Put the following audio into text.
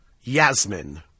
Yasmin